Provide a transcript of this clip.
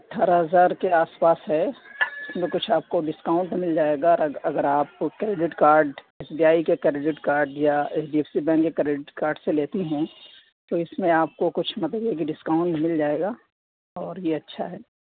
اٹھارہ ہزار کے آس پاس ہے اِس میں کچھ آپ کو ڈسکاؤنٹ مل جائے گا اگر آپ credit card S B I کے کریڈٹ کارڈ یا H D F C bank کے کریڈٹ کارڈ سے لیتی ہیں تو اِس میں آپ کو کچھ مطلب یہ کہ ڈسکاؤنٹ مل جائے گا اور یہ اچھا ہے